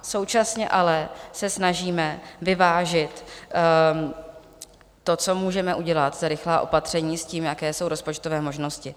Současně ale se snažíme vyvážit to, co můžeme udělat, rychlá opatření, s tím, jaké jsou rozpočtové možnosti.